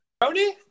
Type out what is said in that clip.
Tony